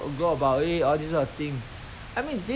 they will don't know what to do this and that